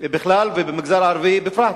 בכלל ובמגזר הערבי בפרט.